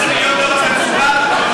15 מיליון דולר במזומן,